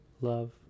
love